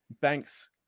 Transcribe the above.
banks